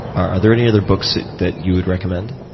are there any other books that that you would recommend?